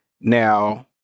Now